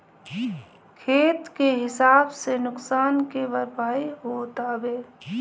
खेत के हिसाब से नुकसान के भरपाई होत हवे